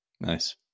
Nice